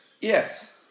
Yes